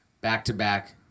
back-to-back